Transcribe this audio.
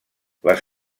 les